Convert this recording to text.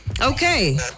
okay